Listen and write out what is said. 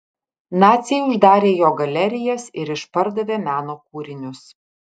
naciai uždarė jo galerijas ir išpardavė meno kūrinius